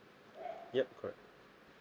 yup correct